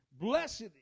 Blessed